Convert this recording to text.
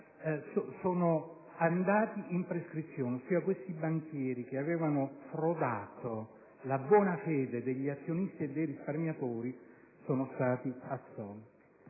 sono andati in prescrizione, cioè i banchieri che avevano frodato la buona fede degli azionisti e dei risparmiatori sono stati assolti.